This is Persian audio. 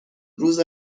روز